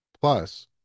Plus